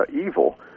evil